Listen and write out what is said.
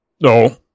No